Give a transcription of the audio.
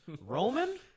Roman